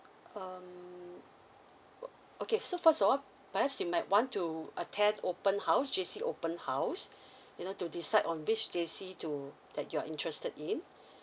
um okay so first of all perhaps you might want to attend open house J_C open house you know to decide on which J_C to that you're interested in